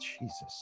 Jesus